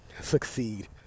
succeed